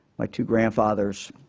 my two grandfathers.